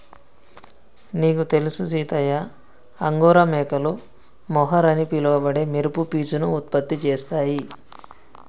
నీకు తెలుసు సీతయ్య అంగోరా మేకలు మొహర్ అని పిలవబడే మెరుపు పీచును ఉత్పత్తి చేస్తాయి